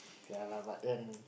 ya lah but then